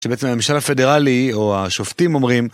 שבעצם הממשל הפדרלי, או השופטים אומרים